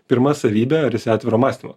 pirma savybė ar jis atviro mąstymo